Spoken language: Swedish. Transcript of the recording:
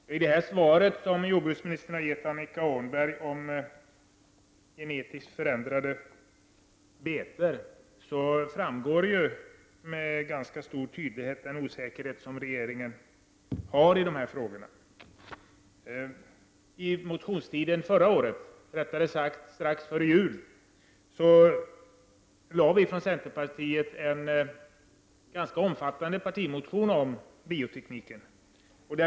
Fru talman! I det svar som jordbruksministern har gett Annika Åhnberg om genetiskt förändrade betor framgår med ganska stor tydlighet regeringens osäkerhet i dessa frågor. Strax före jul förra året lade vi från centerpartiet fram en ganska omfattande partimotion om bioteknik.